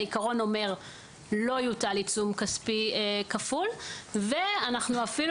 העיקרון אומר שלא יוטל עיצום כספי כפול ואנחנו אפילו